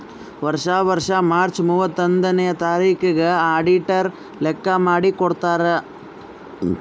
ವರ್ಷಾ ವರ್ಷಾ ಮಾರ್ಚ್ ಮೂವತ್ತೊಂದನೆಯ ತಾರಿಕಿಗ್ ಅಡಿಟರ್ ಲೆಕ್ಕಾ ಮಾಡಿ ಕೊಡ್ತಾರ್